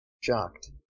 Shocked